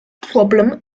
problem